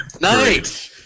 Nice